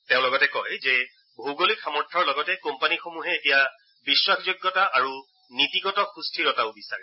তেওঁ লগতে কয় যে ভৌগোলিক সামৰ্থ্যৰ লগতে কোম্পানীসমূহে এতিয়া বিখাসযোগ্যতা আৰু নীতিগত সুস্থিৰতাও বিচাৰে